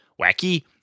wacky